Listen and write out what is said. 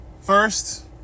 first